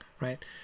right